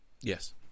yes